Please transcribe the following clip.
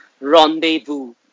rendezvous